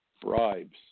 bribes